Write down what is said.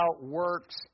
works